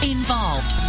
Involved